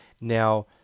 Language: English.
Now